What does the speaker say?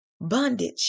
bondage